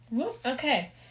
Okay